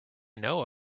know